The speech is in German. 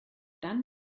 dann